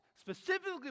Specifically